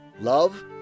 love